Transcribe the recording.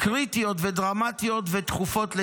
קריטיות ודרמטיות ודחופות לאישור.